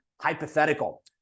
hypothetical